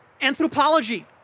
anthropology